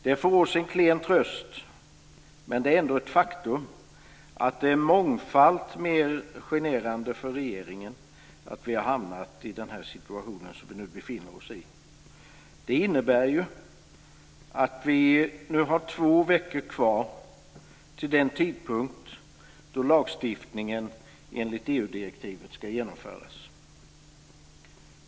Det är för oss en klen tröst men det är ändå ett faktum att det är mångfalt mer generande för regeringen att vi har hamnat i den situation som vi nu befinner oss i. Det innebär ju att vi nu har två veckor kvar till den tidpunkt då lagstiftningen enligt EU direktivet ska genomföras.